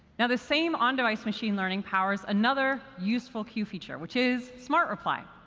now, the same on-device machine learning powers another useful q feature, which is smart reply.